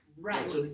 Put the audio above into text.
right